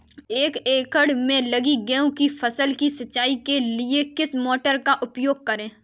एक एकड़ में लगी गेहूँ की फसल की सिंचाई के लिए किस मोटर का उपयोग करें?